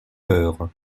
heures